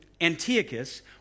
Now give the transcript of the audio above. Antiochus